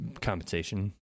Compensation